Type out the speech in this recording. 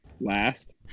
last